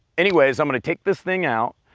anyways i'm gonna take this thing out,